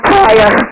fire